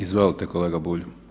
Izvolite kolega Bulj.